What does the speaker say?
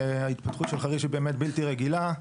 ההתפתחות של חריש היא באמת בלתי רגילה.